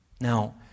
Now